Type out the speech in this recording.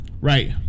Right